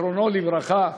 זיכרונו לברכה,